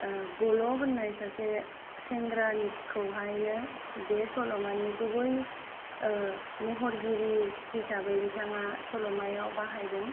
गल' होन्नाय सासे सेंग्रानि खौहायनो बे सल'मानि गुबै महरगिरि हिसाबै बिथाङा सल'मायाव बाहायदों